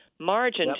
margin